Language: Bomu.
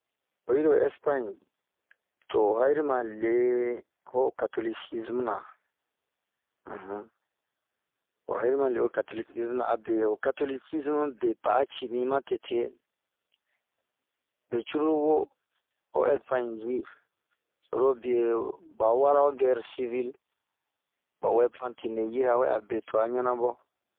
Oyi lo ɛsipaɲe, to o ha'iri ma lee ho katolisisimu, na.unhun..wahini ma le ho katolisisimu, abeho katolisismu be pa'aa cii binmatete. Becururu wo ho ɛspaɲe yi orobboeba wara ho gɛre sivile, ba wɛpan tini yi'a wɛ abetuan ɲanabɔ.